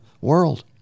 world